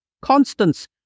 Constance